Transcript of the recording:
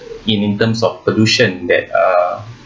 in in terms of pollution that uh